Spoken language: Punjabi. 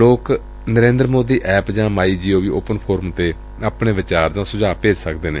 ਲੋਕ ਨਰੇਂਦਰ ਮੋਦੀ ਐਪ ਜਾਂ my G O V open forum ਤੇ ਆਪਣੇ ਵਿਚਾਰ ਜਾਂ ਸੁਝਾਅ ਭੇਜ ਸਕਦੇ ਨੇ